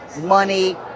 money